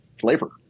flavor